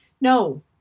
no